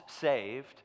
saved